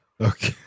Okay